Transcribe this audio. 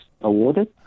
awarded